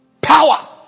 power